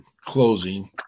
closing